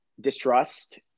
distrust